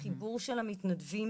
החיבור של המתנדבים